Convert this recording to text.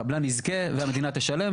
קבלן יזכה והמדינה תשלם,